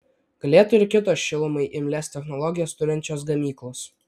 galėtų ir kitos šilumai imlias technologijas turinčios gamyklos